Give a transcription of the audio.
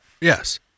Yes